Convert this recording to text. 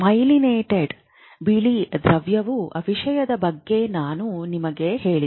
myelinated ಬಿಳಿ ದ್ರವ್ಯದ ವಿಷಯದ ಬಗ್ಗೆ ನಾನು ನಿಮಗೆ ಹೇಳಿದೆ